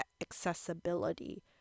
accessibility